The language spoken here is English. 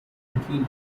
between